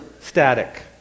static